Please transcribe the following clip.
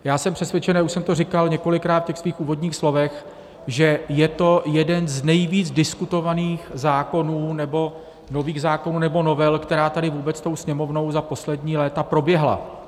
Já jsem přesvědčen, a já už jsem to říkal několikrát v těch svých úvodních slovech, že je to jeden z nejvíc diskutovaných zákonů, nebo nových zákonů, nebo novel, které tady vůbec tou Sněmovnou za poslední léta proběhly.